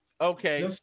Okay